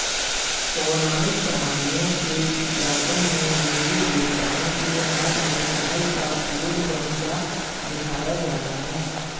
पौराणिक कहानियों के चित्रांकन में देवी देवताओं के हाथ में कमल का फूल बहुधा दिखाया जाता है